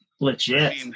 legit